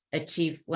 achieve